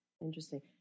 Interesting